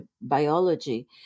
biology